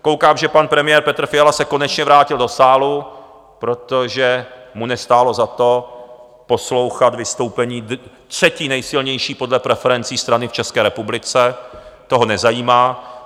Koukám, že pan premiér Petr Fiala se konečně vrátil do sálu, protože mu nestálo za to, poslouchat vystoupení třetí nejsilnější podle preferencí strany v České republice, to ho nezajímá.